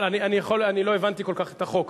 אבל אני לא הבנתי כל כך את החוק.